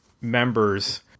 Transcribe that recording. members